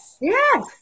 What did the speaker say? Yes